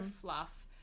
fluff